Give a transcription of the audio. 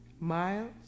Miles